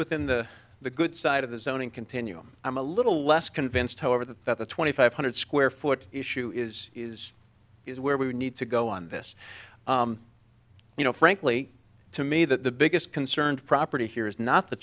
within the the good side of the zoning continuum i'm a little less convinced however that that the twenty five hundred square foot issue is is is where we need to go on this you know frankly to me that the biggest concern to property here is not the